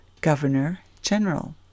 Governor-General